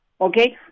okay